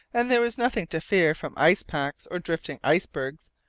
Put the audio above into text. and there was nothing to fear from ice packs or drifting icebergs,